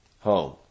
Home